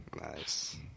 Nice